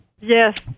Yes